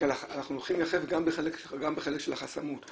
שאנחנו הולכים יחף גם בחלק של החסמות.